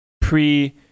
pre